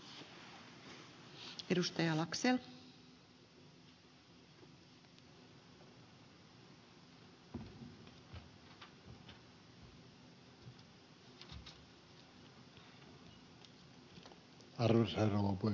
arvoisa rouva puhemies